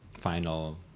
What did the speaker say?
final